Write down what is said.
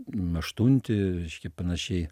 aštunti reiškia panašiai